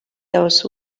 those